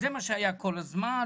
זה מה שהיה כל הזמן,